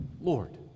Lord